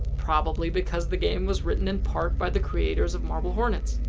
probably because the game was written, in part, by the creators of marble hornets.